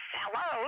hello